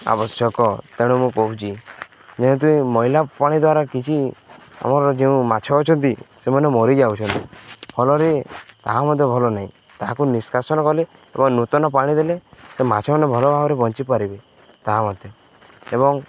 ଆବଶ୍ୟକ ତେଣୁ ମୁଁ କହୁଛି ଯେହେତୁ ମଇଳା ପାଣି ଦ୍ୱାରା କିଛି ଆମର ଯେଉଁ ମାଛ ଅଛନ୍ତି ସେମାନେ ମରିଯାଉଛନ୍ତି ଫଳରେ ତାହା ମୋତେ ଭଲ ନାହିଁ ତାହାକୁ ନିଷ୍କାସନ କଲେ ଏବଂ ନୂତନ ପାଣି ଦେଲେ ସେ ମାଛ ମାନେ ଭଲ ଭାବରେ ବଞ୍ଚିପାରିବେ ତାହା ମୋତେ ଏବଂ